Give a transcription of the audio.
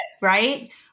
Right